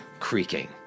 creaking